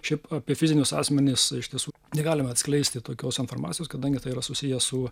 šiaip apie fizinius asmenis iš tiesų negalime atskleisti tokios informacijos kadangi tai yra susiję su